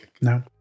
No